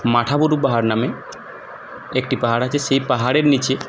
মাঠাবুরু পাহাড় নামে একটি পাহাড় আছে সেই পাহাড়ের নীচে